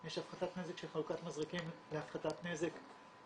יש הפחתת נזק של חלוקת מזרקים להפחתת נזק,